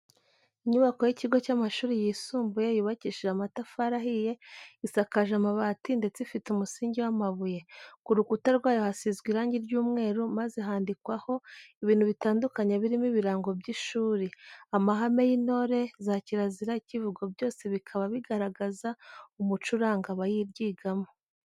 Inyubako y'ikigo cy'amashuri yisumbuye yubakishije amatafari ahiye, isakaje amabati, ndetse ifite umusingi w'amabuye, ku rukuta rwayo hasizwe irangi ry'umweru maze handikwaho ibintu bitandukanye birimo ibirango by'ishuri, amahame y'intore, za kirazira, icyivugo byose bikaba bigaragaza umuco uranga abaryigamo.